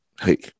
Hey